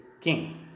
king